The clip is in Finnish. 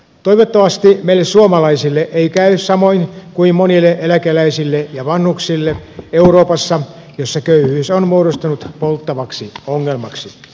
toivottavasti meille suomalaisille ei käy samoin kuin monille eläkeläisille ja vanhuksille euroopassa missä köyhyys on muodostunut polttavaksi ongelmaksi